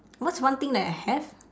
what's one thing that I have